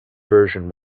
version